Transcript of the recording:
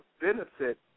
benefit